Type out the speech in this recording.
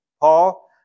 Paul